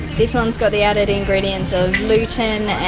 this one's got the added ingredients of lutein